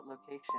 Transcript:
location